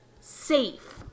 safe